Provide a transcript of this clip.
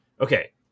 Okay